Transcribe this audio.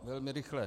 Velmi rychle.